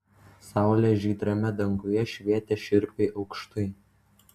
saulė žydrame danguje švietė šiurpiai aukštai